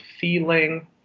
feeling